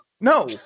no